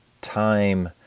time